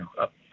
up